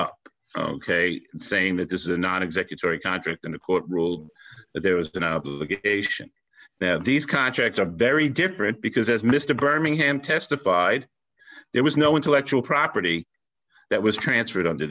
up saying that this is a non executive or a contract and a court ruled that there was an obligation that these contracts are very different because as mr birmingham testified there was no intellectual property that was transferred under